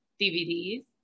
DVDs